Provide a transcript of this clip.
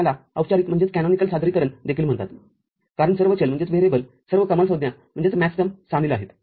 तर याला औपचारिक सादरीकरण देखील म्हणतात कारण सर्व चल सर्व कमाल संज्ञा सामील आहेत